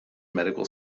medical